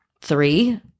Three